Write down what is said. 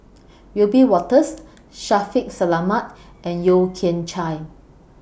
Wiebe Wolters Shaffiq Selamat and Yeo Kian Chai